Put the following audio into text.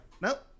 nope